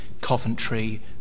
Coventry